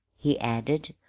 he added,